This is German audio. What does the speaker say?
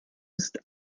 ist